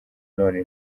none